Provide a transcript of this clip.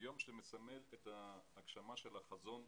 כיום שמסמל את ההגשמה של החזון,